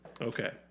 Okay